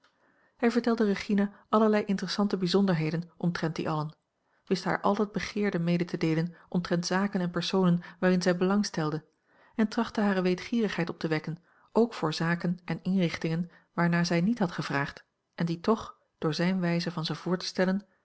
hij vertelde regina allerlei interessante bijzonderheden omtrent die allen wist haar al het begeerde mede te deelen omtrent zaken en personen waarin zij belang stelde en trachtte hare weetgierigheid op te wekken ook voor zaken en inrichtingen waarnaar zij niet had gevraagd en die toch door zijne wijze van ze voor te stellen